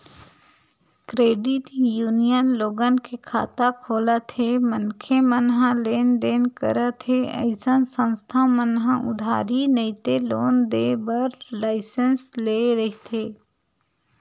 credit union लोगन के खाता खोलत हे मनखे मन ह लेन देन करत हे अइसन संस्था मन ह उधारी नइते लोन देय बर लाइसेंस लेय रहिथे